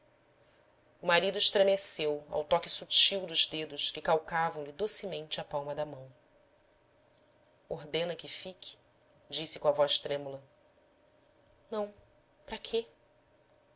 o marido estremeceu ao toque sutil dos dedos que calcavam lhe docemente a palma da mão ordena que fique disse com a voz trêmula não para quê